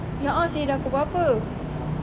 eh a'ah seh dah pukul berapa